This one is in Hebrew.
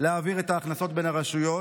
להעביר את ההכנסות בין הרשויות,